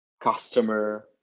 customer